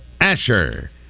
Asher